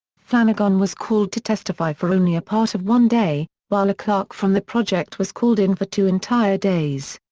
flanagan was called to testify for only a part of one day, while a clerk from the project was called in for two entire days.